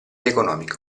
economico